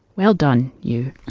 well done, you